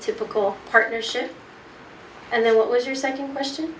typical partnership and then what was your second question